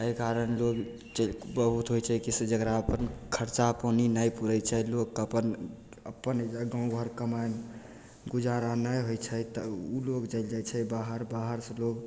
अइ कारण लोग चलि बहुत होइ छै कि से जकरा अपन खर्चा पानि नहि पुरय छै लोग अपन अपन गाँव घर कमाइ लए गुजारा नहि होइ छै तऽ उ लोग चलि जाइ छै बाहर बाहर सभलोग